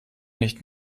nicht